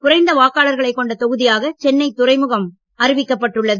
குறைந்த வாக்காளர்களை கொண்ட தொகுதியாக சென்னை துறைமுக தொகுதியாக அறிவிக்கப்பட்டுள்ளது